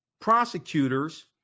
prosecutors